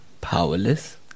powerless